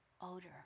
odor